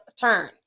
turn